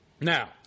Now